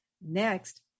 Next